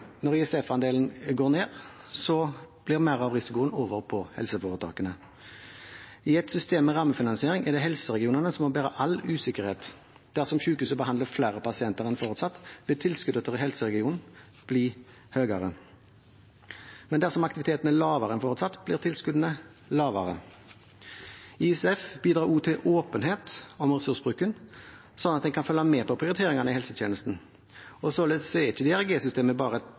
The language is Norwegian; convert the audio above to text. Når ISF-andelen går ned, går mer av risikoen over på helseforetakene. I et system med rammefinansiering er det helseregionene som må bære all usikkerhet. Dersom sykehus behandler flere pasienter enn forutsatt, vil tilskuddene til helseregionen bli høyere, men der aktiviteten er lavere enn forutsatt, blir tilskuddene lavere. ISF bidrar også til åpenhet om ressursbruken, sånn at en kan følge med på prioriteringene i helsetjenesten. Således er ikke DRG-systemet bare et takstsystem for finansiering, det